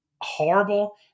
horrible